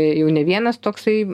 jau ne vienas toksai